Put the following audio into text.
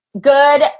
good